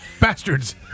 bastards